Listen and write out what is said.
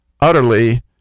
utterly